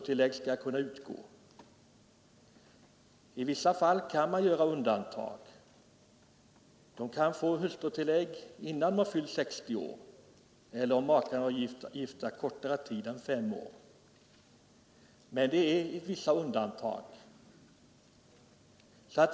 I vissa fall kan man göra undantag; hustrun kan få hustrutillägg innan hon fyllt 60 år eller om makarna varit gifta kortare tid än fem år, men det är i undantagsfall.